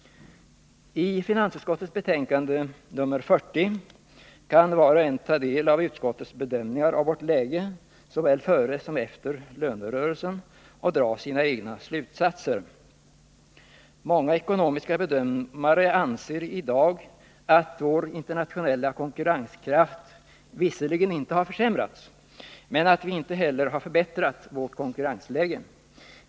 I finansutskottets betänkande 40 kan var och en ta del av utskottets bedömningar av vårt läge, såväl före som efter lönerörelsen, och dra sina egna slutsatser. Många ekonomiska bedömare anser i dag att vår internationella konkurrenskraft visserligen inte har försämrats, men att vi inte heller har förbättrat vårt konkurrensläge.